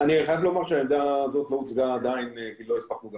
אני חייב לומר שהעמדה הזאת לא הוצגה עדיין כי לא הספקנו גם